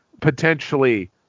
potentially